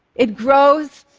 it grows.